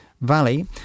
Valley